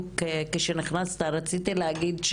בדיוק כשנכנסת אני רציתי להגיד,